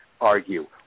argue